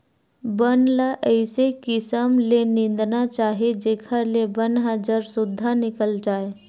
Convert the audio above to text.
बन ल अइसे किसम ले निंदना चाही जेखर ले बन ह जर सुद्धा निकल जाए